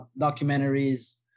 documentaries